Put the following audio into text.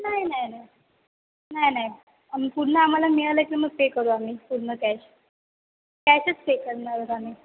नाही नाही नाही नाही नाही आम पूर्ण आम्हाला मिळालं की मग पे करू आम्ही पूर्ण कॅश कॅशच पे करणार आहोत आम्ही